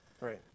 Right